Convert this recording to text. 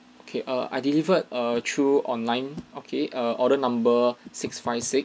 okay err I delivered err through online okay err order number six five six